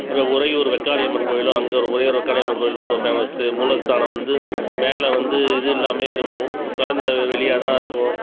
அதுமாரி உறையூர் வெக்காளிம்மன் கோயிலும் அங்கே உறையூர் வெக்காளியம்மன் கோயில் ரொம்ப பேமஸ்ஸு மூல ஸ்தானம் வந்து மேலே வந்து இது இல்லாமையே இருக்கும் திறந்த வெளியாகதான் இருக்கும்